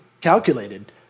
calculated